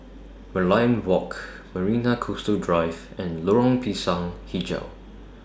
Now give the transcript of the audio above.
Merlion Walk Marina Coastal Drive and Lorong Pisang Hijau